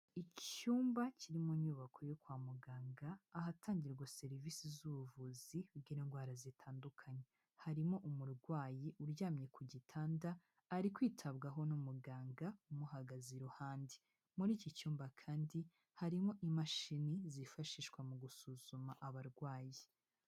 Icyumba kirimo nyubako yo kwa muganga ahatangirwa serivisi z'ubuvuzi bw'indwara zitandukanye, harimo umurwayi uryamye ku gitanda, ari kwitabwaho n'umuganga umuhagaze iruhande, muri iki cyumba kandi harimo imashini zifashishwa mu gusuzuma abarwayi.